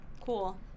cool